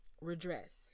redress